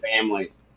families